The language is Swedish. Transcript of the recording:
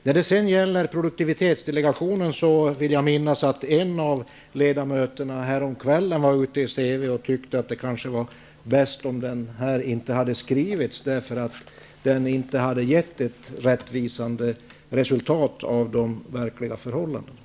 När det gäller produktivitetsdelegationen vill jag minnas att en av ledamöterna häromkvällen uttalade sig i TV och tyckte att det bästa kanske hade varit om det här inte hade skrivits, eftersom den inte hade gett ett rättvisande resultat av de verkliga förhållandena.